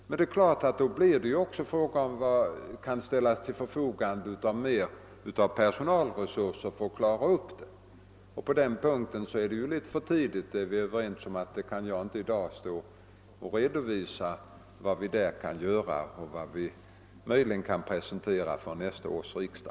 Men då blir det också fråga om hur mycket mer vi kan ställa till förfogande i form av ökade personalresurser för att lösa problemen. Vilka förslag i det avseendet vi möjligen kan presentera till nästa års riksdag är det litet för tidigt att uttala sig om i dag — det är vi överens om.